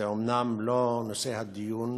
זה אומנם לא נושא הדיון,